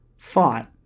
Fought